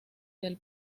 del